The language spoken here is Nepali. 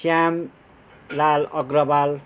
श्यामलाल अग्रवाल